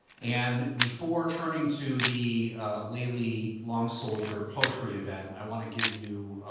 and before turning to the layli long soldier poetry event, i want to give you,